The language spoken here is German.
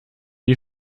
die